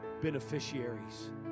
beneficiaries